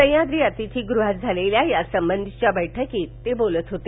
सह्याद्री अतिथीग्रहात झालेल्या यासंबंधीच्या बैठकीत ते बोलत होते